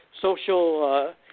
social